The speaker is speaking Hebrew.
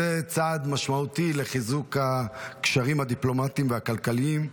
זה צעד משמעותי לחיזוק הקשרים הדיפלומטיים והכלכליים,